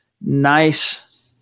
Nice